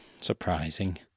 Surprising